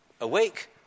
awake